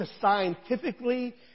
scientifically